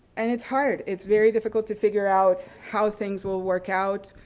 and it's hard, it's very difficult to figure out how things will work out,